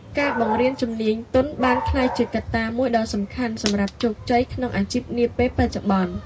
ការបង្រៀនជំនាញទន់បានក្លាយជាកត្តាមួយដ៏សំខាន់សម្រាប់ជោគជ័យក្នុងអាជីពនាពេលបច្ចុប្បន្ន។